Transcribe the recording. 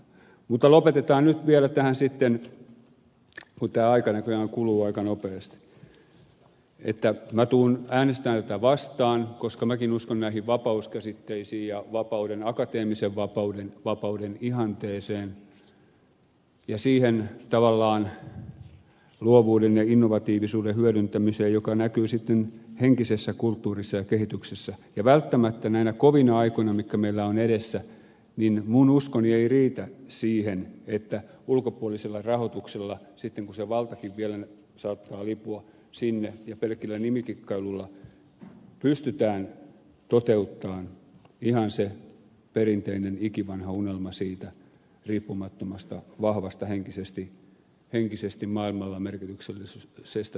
mutta lopetetaan nyt vielä tähän sitten kun tämä aika näköjään kuluu aika nopeasti että minä tulen äänestämään tätä vastaan koska minäkin uskon näihin vapaus käsitteisiin ja akateemisen vapauden ihanteeseen ja siihen tavallaan luovuuden ja innovatiivisuuden hyödyntämiseen joka näkyy sitten henkisessä kulttuurissa ja kehityksessä ja välttämättä näinä kovina aikoina jotka meillä ovat edessä minun uskoni ei riitä siihen että ulkopuolisella rahoituksella sitten kun se valtakin vielä saattaa lipua sinne ja pelkillä nimikikkailuilla pystytään toteuttamaan ihan se perinteinen ikivanha unelma siitä riippumattomasta vahvasta henkisesti maailmalla merkityksellisestä suomalaisuudesta